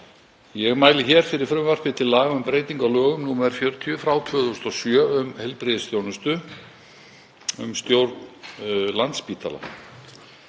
Ég mæli hér fyrir frumvarpi til laga um breytingu á lögum nr. 40/2007, um heilbrigðisþjónustu, um stjórn Landspítala.